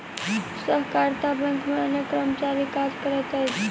सहकारिता बैंक मे अनेक कर्मचारी काज करैत छथि